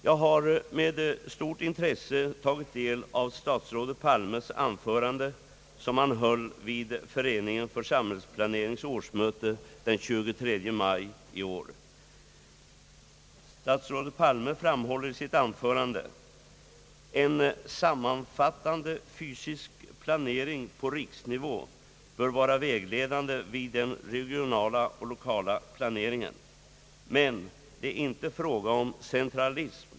Jag har med stort intresse tagit del av det anförande som statsrådet Palme höll vid Föreningens för sahällsplanering årsmöte den 23 maj i år. Statsrådet Palme framhåller i sitt anförande: »En sammanfattande fysisk planering på riksnivå bör vara vägledande vid den regionala och lokala planeringen. Men det är inte fråga om en centralism.